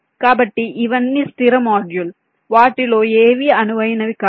కాబట్టి ఇవన్నీ స్థిర మాడ్యూల్ వాటిలో ఏవీ అనువైనవి కావు